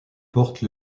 porte